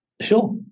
Sure